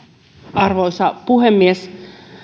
arvoisa puhemies